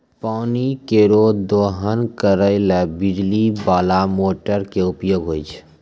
पानी केरो दोहन करै ल बिजली बाला मोटर क उपयोग होय छै